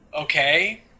okay